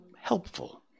helpful